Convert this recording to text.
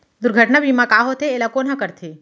दुर्घटना बीमा का होथे, एला कोन ह करथे?